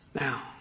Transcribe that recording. Now